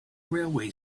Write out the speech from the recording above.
railway